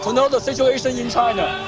so know the situation in china.